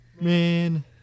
Man